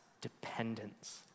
dependence